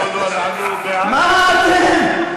מה אתם,